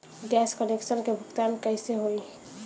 Gas connection के भुगतान कैसे होइ?